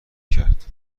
کرد